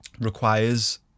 requires